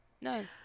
no